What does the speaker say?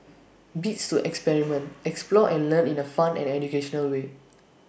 bits to experiment explore and learn in A fun and educational way